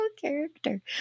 character